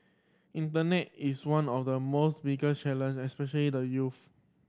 internet is one of the most bigger challenge especially the youth